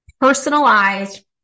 personalized